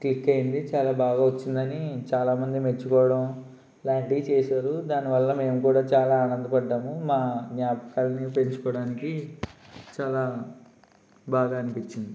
click అయ్యింది చాలా బాగా వచ్చిందని చాలామంది మెచ్చుకోవడం లాంటివి చేశారు దానివల్ల మేము కూడా చాలా ఆనందపడినాము మా జ్ఞాపకాలని పెంచుకోవడానికి చాలా బాగా అనిపించింది